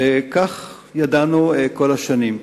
וכך ידענו כל השנים,